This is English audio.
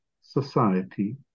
society